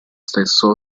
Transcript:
stesso